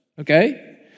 okay